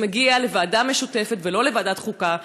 זה מגיע לוועדה משותפת ולא לוועדת החוקה,